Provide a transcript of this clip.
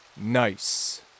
Nice